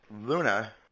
Luna